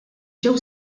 ġew